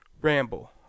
ramble